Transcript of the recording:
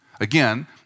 Again